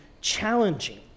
challenging